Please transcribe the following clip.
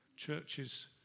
churches